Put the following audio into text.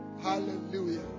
Hallelujah